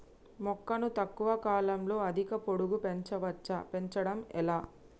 మొక్కను తక్కువ కాలంలో అధిక పొడుగు పెంచవచ్చా పెంచడం ఎలా?